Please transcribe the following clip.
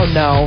no